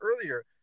earlier